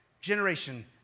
generation